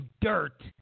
dirt